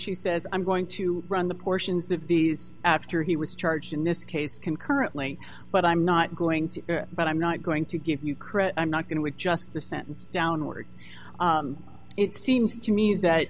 she says i'm going to run the portions of the after he was charged in this case concurrently but i'm not going to but i'm not going to give you credit i'm not going with just the sentence downward it seems to me that